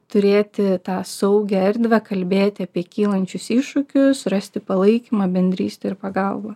turėti tą saugią erdvę kalbėti apie kylančius iššūkius rasti palaikymą bendrystę ir pagalbą